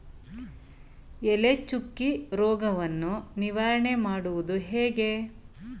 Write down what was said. ಎಲೆ ಚುಕ್ಕಿ ರೋಗವನ್ನು ನಿವಾರಣೆ ಮಾಡುವುದು ಹೇಗೆ?